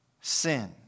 sin